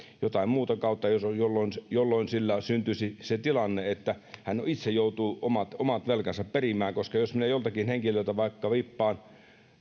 jotain muuta kautta jolloin jolloin sillä syntyisi se tilanne että itse joutuu omat omat velkansa perimään koska jos minä joltakin henkilöltä vaikka vippaan